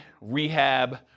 rehab